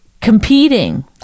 competing